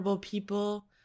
people